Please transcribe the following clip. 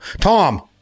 tom